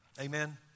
amen